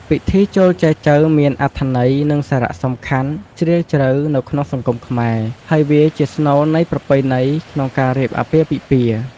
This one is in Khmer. ពិធីចូលចែចូវមាន អត្ថន័យ និងសារៈសំខាន់ជ្រាលជ្រៅ នៅក្នុងសង្គមខ្មែរ ហើយវាជាស្នូលនៃប្រពៃណីក្នុងការរៀបអាពាហ៍ពិពាហ៍។